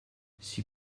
sie